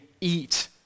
eat